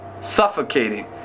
suffocating